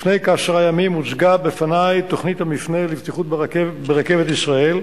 לפני כעשרה ימים הוצגה בפני תוכנית המפנה לבטיחות ברכבת ישראל,